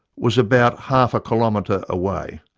was about half a kilometre away.